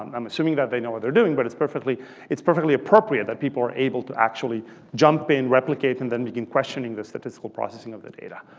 i'm assuming that they know what they're doing. but it's perfectly it's perfectly appropriate that people are able to actually jump in, replicate, and then begin questioning the statistical processing of the data.